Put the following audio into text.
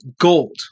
gold